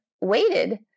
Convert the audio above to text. waited